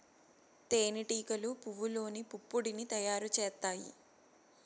తేనె టీగలు పువ్వల్లోని పుప్పొడిని తయారు చేత్తాయి